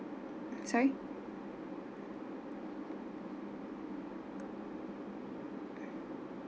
sorry